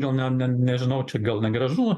gal nen nen nežinau ar čia gal negražu